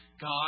God